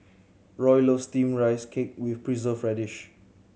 Roy loves Steamed Rice Cake with Preserved Radish